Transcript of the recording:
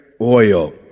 oil